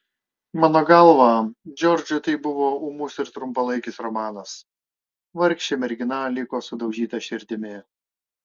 mano galva džordžui tai buvo ūmus ir trumpalaikis romanas vargšė mergina liko sudaužyta širdimi